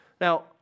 Now